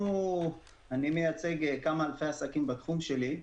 אני מייצג כמה אלפי עסקים בתחום שלי,